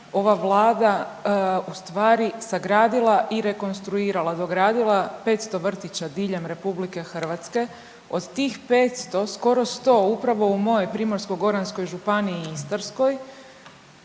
ova vlada ustvari sagradila i rekonstruirala, dogradila 500 vrtića diljem RH. Od tih 500 skoro 100 upravo u mojoj Primorsko-goranskoj županiji i Istarskoj,